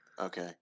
Okay